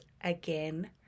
again